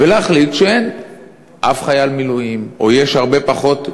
ומחליט שאין אף חייל מילואים, או יש הרבה פחות,